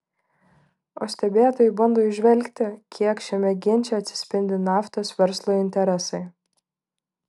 o stebėtojai bando įžvelgti kiek šiame ginče atsispindi naftos verslo interesai